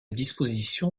disposition